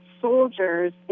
soldiers